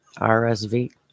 RSV